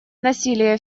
насилие